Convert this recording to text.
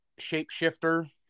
shapeshifter